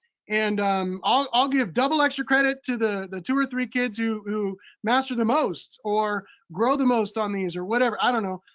and um i'll give double extra credit to the the two or three kids who master the most or grow the most on these. or whatever, i don't know.